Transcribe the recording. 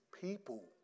people